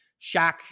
Shaq